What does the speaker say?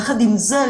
יחד עם זה,